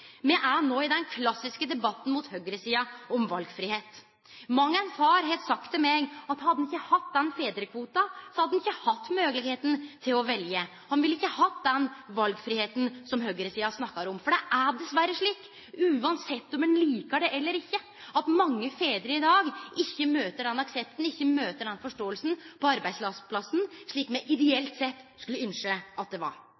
Me er no i den klassiske debatten mot høgresida om valfridom. Mang ein far har sagt til meg at hadde han ikkje hatt fedrarkvoten, hadde han ikkje hatt moglegheita til å velje. Han ville ikkje hatt den valfridomen som høgresida snakkar om, for det er dessverre slik, uansett om ein likar det eller ikkje, at mange fedrar i dag ikkje møter den aksepten, ikkje møter den forståinga på arbeidsplassen som me, ideelt sett, skulle ynskje at dei gjorde. Eg meiner at det